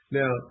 now